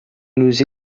nous